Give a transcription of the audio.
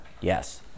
Yes